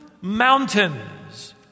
mountains